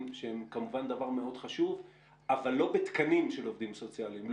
שהם כמובן דבר מאוד חשוב אבל לא בתקנים של עובדים סוציאליים,